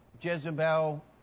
Jezebel